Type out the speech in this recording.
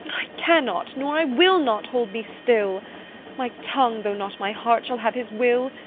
cannot, nor i will not hold me still my tongue, though not my heart, shall have his will.